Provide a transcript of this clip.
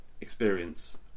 experience